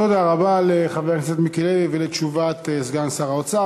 תודה רבה לחבר הכנסת מיקי לוי ועל תשובת סגן שר האוצר.